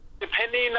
Depending